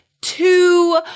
two